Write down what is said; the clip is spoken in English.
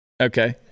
Okay